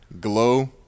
Glow